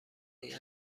این